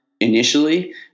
initially